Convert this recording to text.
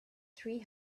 three